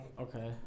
Okay